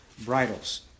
bridles